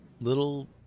little